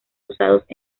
usados